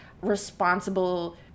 responsible